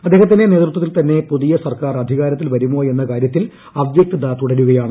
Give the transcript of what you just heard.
അദ്ദേഹത്തിന്റെ നേതൃത്വത്തിൽ തന്നെ പുതിയ സർക്കാർ അധികാരത്തിൽ വരുമോ എന്ന കാരൃത്തിൽ അവൃക്തത തുടരുകയാണ്